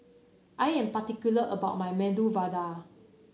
I am particular about my Medu Vada